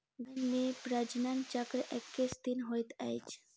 गाय मे प्रजनन चक्र एक्कैस दिनक होइत अछि